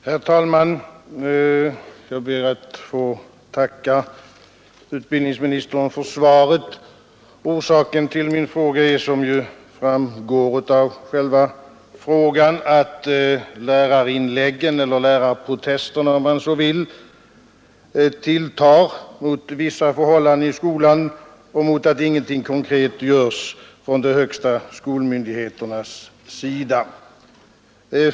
Herr talman! Jag ber att få tacka utbildningsministern för svaret. Orsaken till min fråga är, som ju framgår av den, att lärarinläggen — eller lärarprotesterna, om man så vill — tilltar mot vissa förhållanden i skolan och mot att ingenting konkret görs från de högsta skolmyndigheternas sida.